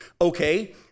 Okay